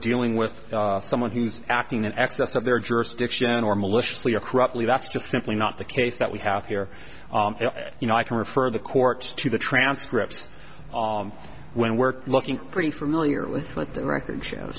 dealing with someone who's acting in excess of their jurisdiction or maliciously or corruptly that's just simply not the case that we have here you know i can refer the courts to the transcripts when we're looking pretty familiar with what the record shows